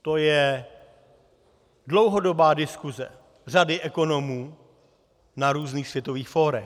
To je dlouhodobá diskuse řady ekonomů na různých světových fórech.